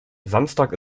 samstag